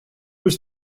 was